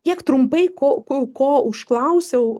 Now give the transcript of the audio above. tiek trumpai ko ko užklausiau